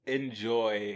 enjoy